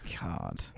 God